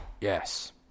Yes